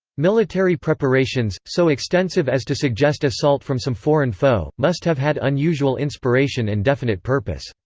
military preparations, so extensive as to suggest assault from some foreign foe, must have had unusual inspiration and definite purpose.